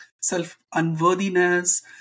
self-unworthiness